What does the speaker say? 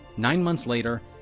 nine months later,